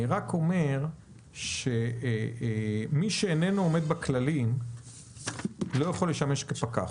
אני רק אומר שמי שאיננו עומד בכללים לא יכול לשמש כפקח.